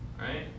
right